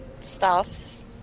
stuffs